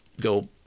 go